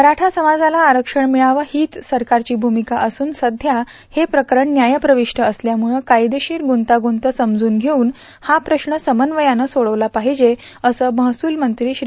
मराठा समाजाला आरक्षण मिळावं हीच सरकारची भूमिका असून सध्या हे प्रकरण न्यायप्रविष्ट असल्यामुळं कायदेशीर गुंतागुंत समजून षेऊन हा प्रश्न समन्वयानं सोडवला पाहिजे असं महसुल मंत्री श्री